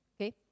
okay